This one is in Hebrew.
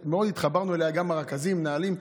מאוד התחברנו אליה, גם הרכזים, המנהלים.